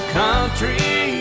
country